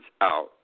out